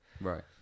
Right